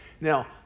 Now